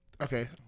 okay